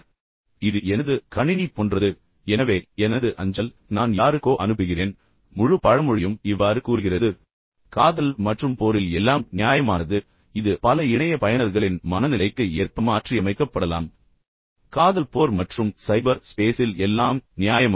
எனவே இது எனது கணினி போன்றது எனவே எனது அஞ்சல் நான் யாருக்கோ அனுப்புகிறேன் முழு பழமொழியும் இவ்வாறு கூறுகிறது காதல் மற்றும் போரில் எல்லாம் நியாயமானது இது பல இணைய பயனர்களின் மனநிலைக்கு ஏற்ப மாற்றியமைக்கப்படலாம் காதல் போர் மற்றும் சைபர் ஸ்பேஸில் எல்லாம் நியாயமானது